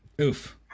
Oof